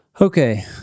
Okay